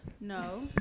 No